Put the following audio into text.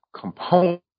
component